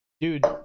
Dude